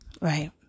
Right